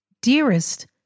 Dearest